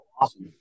Awesome